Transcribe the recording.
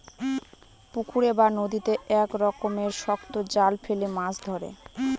পুকুরে বা নদীতে এক রকমের শক্ত জাল ফেলে মাছ ধরে